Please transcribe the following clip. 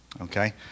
Okay